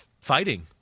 fighting